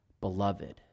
Beloved